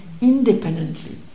independently